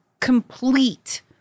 complete